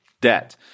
debt